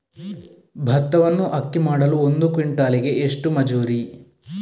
ಭತ್ತವನ್ನು ಅಕ್ಕಿ ಮಾಡಲು ಒಂದು ಕ್ವಿಂಟಾಲಿಗೆ ಎಷ್ಟು ಮಜೂರಿ?